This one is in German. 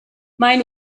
mein